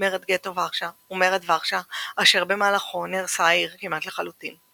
מרד גטו ורשה ומרד ורשה אשר במהלכו נהרסה העיר כמעט לחלוטין.